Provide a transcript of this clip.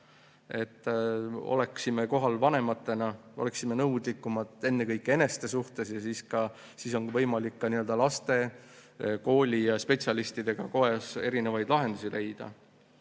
oleksime kohal vanematena, oleksime nõudlikumad ennekõike eneste suhtes! Siis on võimalik ka laste, kooli ja spetsialistidega koos erinevaid lahendusi leida.